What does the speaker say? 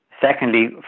Secondly